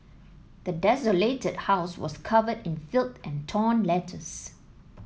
the desolated house was covered in filth and torn letters